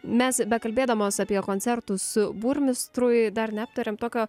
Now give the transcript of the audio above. mes bekalbėdamos apie koncertus burmistrui dar neaptarėm tokio